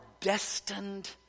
destined